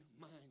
mind